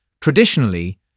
Traditionally